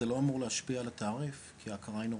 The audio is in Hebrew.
זה לא אמור להשפיע על התעריף כי ההקראה היא נורמטיבית,